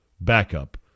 backup